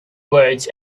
words